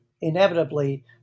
inevitably